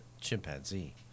chimpanzee